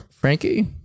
Frankie